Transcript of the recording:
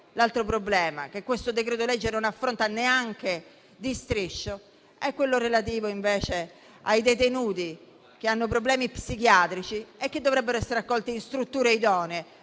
altro problema che questo decreto-legge non affronta neanche di striscio è relativo ai detenuti che hanno problemi psichiatrici e dovrebbero essere accolti in strutture idonee